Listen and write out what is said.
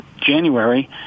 January